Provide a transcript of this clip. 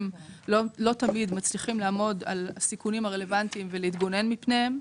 לא תמיד מצליחים לעמוד על הסיכונים הרלוונטיים ולהתגונן מפניהם.